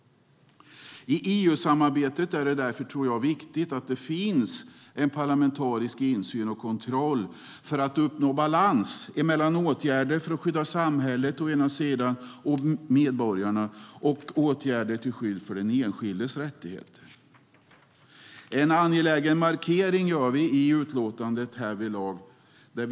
I EU-samarbetet är det därför viktigt att det finns en parlamentarisk insyn och kontroll för att uppnå en balans mellan åtgärder för att skydda samhället och medborgarna å ena sidan och åtgärder till skydd för der enskildes rättigheter å den andra. Härvidlag gör vi en angelägen markering i utlåtandet.